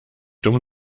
dumm